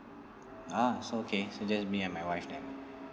ah so okay so just me and my wife then